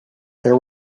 there